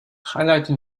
highlighting